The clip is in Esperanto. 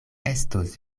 estos